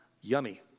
Yummy